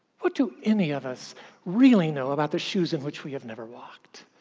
what do any of us really know about the shoes in which we have never walked?